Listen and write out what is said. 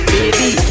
Baby